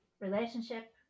relationship